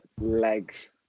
legs